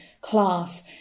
class